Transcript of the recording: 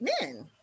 men